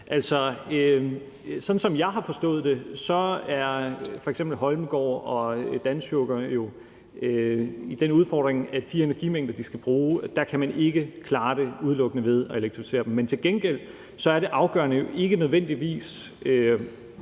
Sådan som jeg har forstået det, har f.eks. Holmegaard og Dansukker jo den udfordring, at med de energimængder, de skal bruge, kan man ikke klare det udelukkende ved at elektrificere dem. Men til gengæld er det afgørende ikke nødvendigvis,